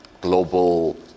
global